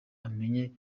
amenye